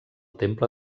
temple